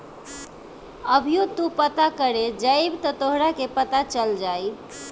अभीओ तू पता करे जइब त तोहरा के पता चल जाई